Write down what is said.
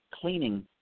cleaning